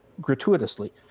gratuitously